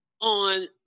on